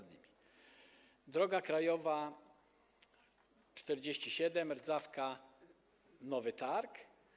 Droga krajowa nr 47 Rdzawka - Nowy Targ.